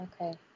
Okay